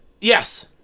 Yes